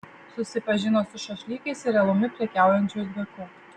susipažino su šašlykais ir alumi prekiaujančiu uzbeku